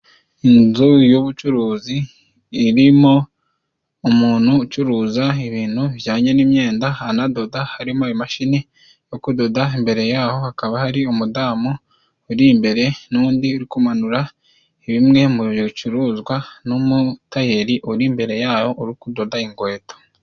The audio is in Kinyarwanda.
Inzu y'ubucuruzi, irimo umuntu ucuruza ibintu bijyanye n'imyenda anadoda. Harimo imashini yo kudoda, imbere yaho hakaba hari umudamu uri imbere, n'undi uri kumanura bimwe mu bicuruzwa, n'umutayeri uri imbere yaho uri kudoda inkweto.